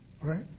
right